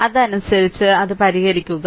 അതനുസരിച്ച് അത് പരിഹരിക്കുക